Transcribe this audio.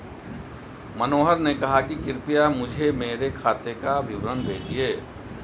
मनोहर ने कहा कि कृपया मुझें मेरे खाते का विवरण भेजिए